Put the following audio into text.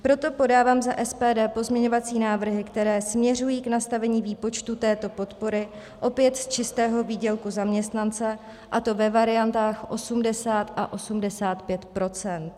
Proto podávám za SPD pozměňovací návrhy, které směřují k nastavení výpočtu této podpory opět z čistého výdělku zaměstnance, a to ve variantách 80 a 85 %.